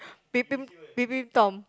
peeping peeping tom